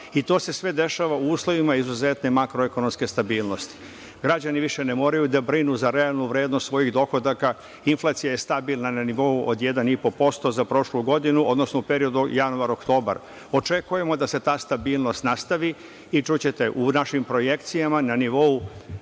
i to se sve dešava u uslovima izuzetne makroekonomske stabilnosti. Građani više ne moraju da brinu za realnu vrednost svojih dohodaka. Inflacija je stabilna na nivou od 1,5% za prošlu godinu, odnosno u periodu januar-oktobar. Očekujemo da se ta stabilnost nastavi i čućete u našim projekcijama na nivou